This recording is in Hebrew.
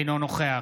אינו נוכח